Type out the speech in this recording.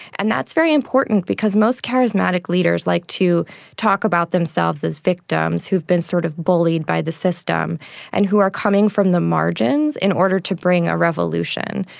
and that's a very important because most charismatic leaders like to talk about themselves as victims who have been sort of bullied by the system and who are coming from the margins in order to bring a revolution.